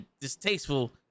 distasteful